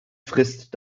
frist